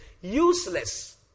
useless